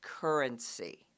currency